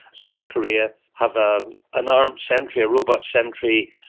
south korea have ah an armed sentry, a robot sentry.